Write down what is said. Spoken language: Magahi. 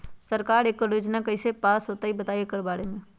सरकार एकड़ योजना कईसे पास होई बताई एकर बारे मे?